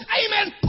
amen